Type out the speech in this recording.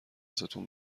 ازتون